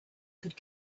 could